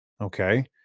Okay